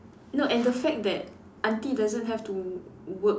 no and the fact that aunty doesn't have to work